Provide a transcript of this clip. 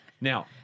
Now